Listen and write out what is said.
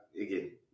again